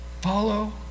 follow